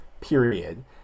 Period